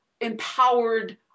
empowered